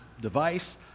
device